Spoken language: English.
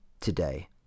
today